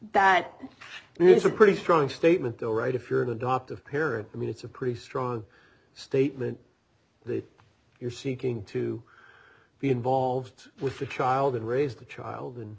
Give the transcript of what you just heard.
there's a pretty strong statement though right if you're an adoptive parent i mean it's a pretty strong statement that you're seeking to be involved with the child and raise the child